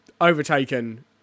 overtaken